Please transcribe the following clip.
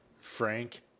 Frank